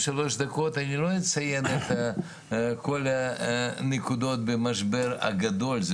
אני לא אציין את כל הנקודות במשבר הגדול הזה,